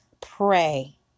pray